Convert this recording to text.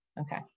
okay